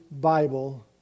bible